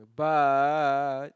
but